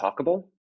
Talkable